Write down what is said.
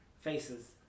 faces